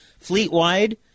fleet-wide